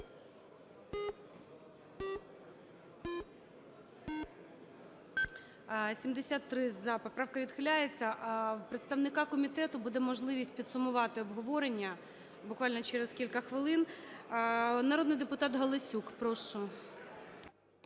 За-73 Поправка відхиляється. У представника комітету буде можливість підсумувати обговорення буквально через кілька хвилин. Народний депутат Галасюк, прошу.